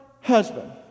husband